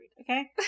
Okay